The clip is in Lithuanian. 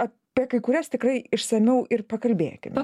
apie kai kurias tikrai išsamiau ir pakalbėkime